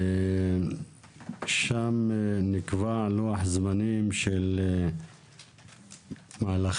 שם נקבע לוח זמנים של מהלכים,